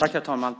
Herr talman!